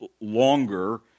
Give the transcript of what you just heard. longer